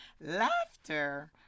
Laughter